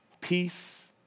peace